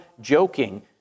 joking